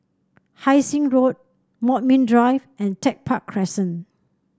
Hai Sing Road Bodmin Drive and Tech Park Crescent